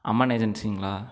அம்மன் ஏஜென்சிங்களா